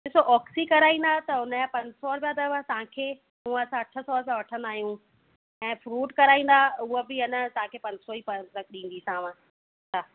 ॾिसो ऑक्सी कराईंदा त उनजा पंज सौ रुपिया अथव तव्हांखे हूअं असां अठ सौ रुपिया वठंदा आहियूं ऐं फ्रूट कराईंदा हूअ बि न तव्हांखे पंज सौ ई पा ताईं ॾींदीसाव हा